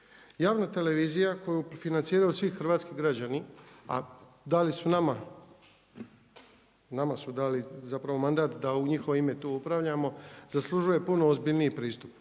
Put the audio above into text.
Javna televizija koju financiraju svi hrvatski građani a dali su nama, nama su dali zapravo mandat da u njihovo ime tu upravljamo, zaslužuje puno ozbiljniji pristup